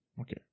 Okay